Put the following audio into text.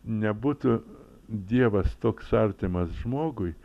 nebūtų dievas toks artimas žmogui